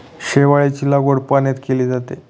शेवाळाची लागवड पाण्यात केली जाते